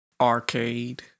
arcade